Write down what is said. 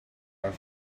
back